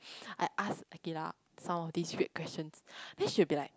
I ask Aqilah some of these weird questions then she'll be like